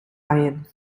lion